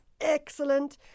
excellent